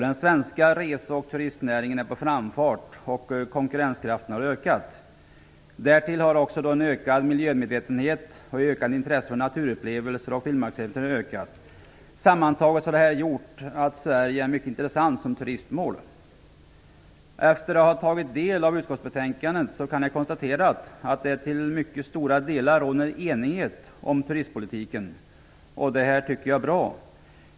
Den svenska rese och turistnäringen är på framfart, och konkurrenskraften har ökat. Därtill har vi en ökad miljömedvetenhet och ökat intresse för naturupplevelser och vildmarksäventyr. Sammantaget har detta gjort Sverige mycket intressant som turistmål. Efter att ha tagit del av utskottsbetänkandet kan jag konstatera att det till mycket stora delar råder enighet om turistpolitiken. Det tycker jag är bra.